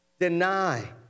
deny